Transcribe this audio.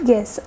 Yes